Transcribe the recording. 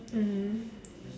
mm